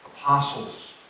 apostles